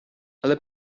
ale